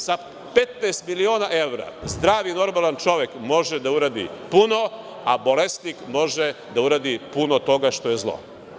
Sa 15 miliona evra zdrav i normalan čovek može da uradi puno, a bolesnik može da uradi puno toga što je zlo.